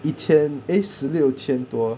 一千 eh 十六千多